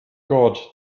god